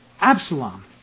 Absalom